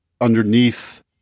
underneath